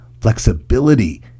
flexibility